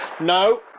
No